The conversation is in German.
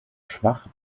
schwach